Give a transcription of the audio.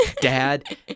dad